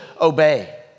obey